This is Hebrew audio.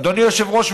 אדוני היושב-ראש,